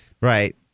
Right